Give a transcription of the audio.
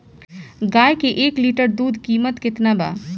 गाय के एक लीटर दूध कीमत केतना बा?